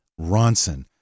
Ronson